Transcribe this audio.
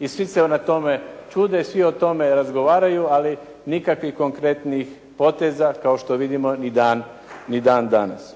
i svi se onda tome čude, svi o tome razgovaraju, ali nikakvih konkretnih poteza kao što vidimo ni dan danas.